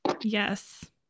Yes